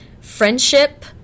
friendship